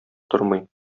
тормый